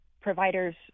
providers